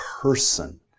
person